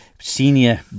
Senior